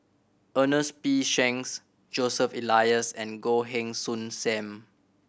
Ernest P Shanks Joseph Elias and Goh Heng Soon Sam